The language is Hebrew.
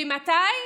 ומתי?